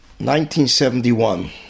1971